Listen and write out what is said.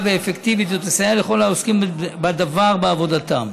ואפקטיבית ותסייע לכל העוסקים בדבר בעבודתם.